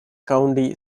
county